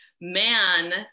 man